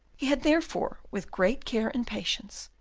he had therefore, with great care and patience,